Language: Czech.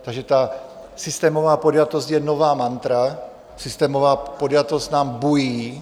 Takže ta systémová podjatost je nová mantra, systémová podjatost nám bují.